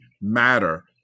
matter